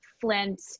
flint